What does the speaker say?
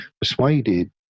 persuaded